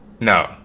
no